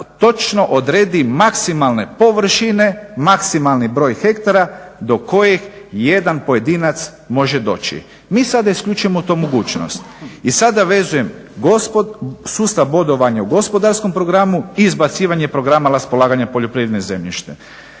točno odredi maksimalne površine, maksimalni broj hektara do kojih jedan pojedinac može doći. Mi sada isključujemo tu mogućnost. I sada vezujem sustav bodovanja u gospodarskom programu i izbacivanje programa raspolaganja poljoprivrednim zemljištem.